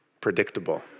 predictable